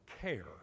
care